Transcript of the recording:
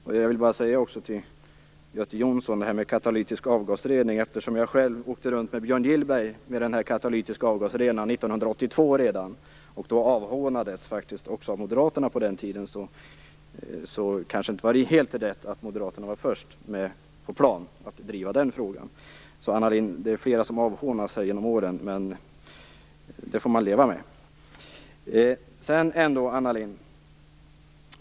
När det gäller katalytisk avgasrening, vill jag säga till Göte Jonsson, att jag själv åkte runt med den katalytiska avgasrenaren med Björn Gillberg redan 1982. Jag avhånades då faktiskt också av moderaterna. Så det var kanske inte helt rätt att moderaterna var först på plan med att driva den frågan. Det är flera som hånats genom åren, Anna Lindh, men det får man leva med.